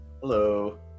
Hello